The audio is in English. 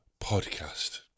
podcast